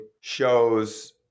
shows